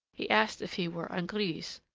he asked if he were on grise.